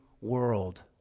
world